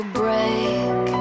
break